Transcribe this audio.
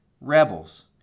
rebels